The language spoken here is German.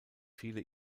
viele